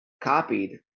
copied